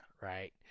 Right